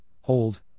hold